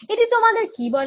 এটি তোমাদের কী বলে